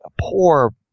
poor